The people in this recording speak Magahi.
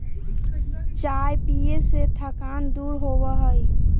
चाय पीये से थकान दूर होबा हई